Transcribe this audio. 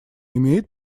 имеет